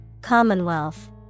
Commonwealth